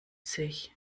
sich